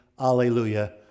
Alleluia